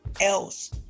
else